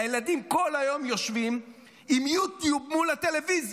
הילדים כל היום יושבים עם יו טיוב מול הטלוויזיה,